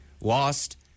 lost